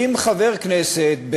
אם חבר כנסת,